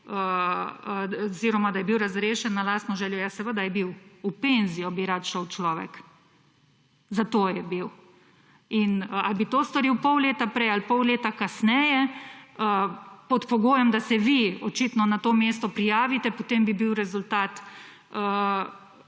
oziroma da je bil razrešen na lastno željo. Ja, seveda je bil! V penzijo bi rad šel človek, zato je bil. In ali bi to storil pol leta prej ali pol leta kasneje pod pogojem, da se vi očitno na to mesto prijavite, potem bi bil rezultat